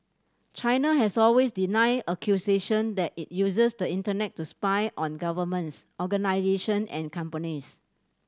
China has always denied accusation that it uses the Internet to spy on governments organisation and companies